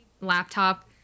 laptop